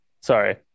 Sorry